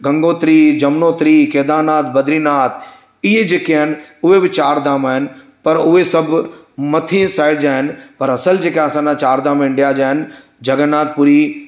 गंगोत्री जमनोत्री केदारनाथ बद्रीनाथ इहे जेके आहिनि उहे बि चारि धाम आहिनि पर उए सब मथीं साइड जा आहिनि पर असुलु जेका चारि धाम इंडिया जा आहिनि जगन्नाथपुरी